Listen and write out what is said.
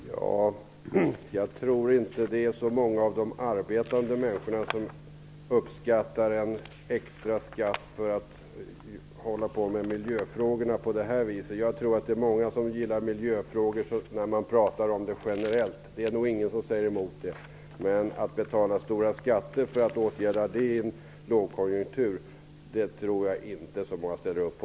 Herr talman! Jag tror inte att det är så många av de arbetande människorna som uppskattar en extra skatt eller att man håller på med miljöfrågorna på detta vis. Jag tror att det är många som gillar miljöfrågor när man pratar om det generellt -- det är nog ingen som säger emot -- men att betala höga skatter för att åtgärda miljön i en lågkonjunktur tror jag inte att så många ställer upp på.